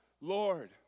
Lord